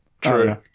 True